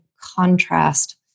contrast